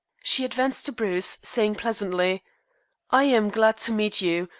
she advanced to bruce, saying pleasantly i am glad to meet you,